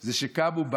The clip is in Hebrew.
זה שקמו,